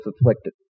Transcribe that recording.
afflicted